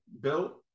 built